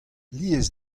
lies